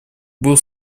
был